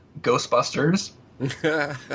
Ghostbusters